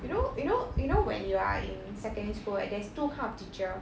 you know you know you know when you are in secondary school right there's two kind of teacher